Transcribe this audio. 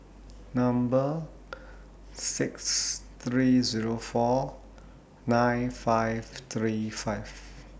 Number six three Zero four nine five three five